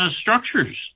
structures